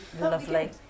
Lovely